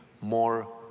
more